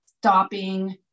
stopping